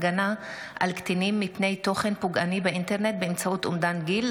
הגנה על קטינים מפני תוכן פוגעני באינטרנט באמצעות אומדן גיל),